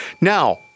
Now